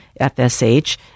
FSH